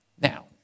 Now